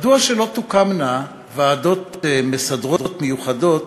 מדוע שלא תוקמנה ועדות מסדרות מיוחדות